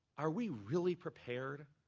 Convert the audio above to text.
are we really prepared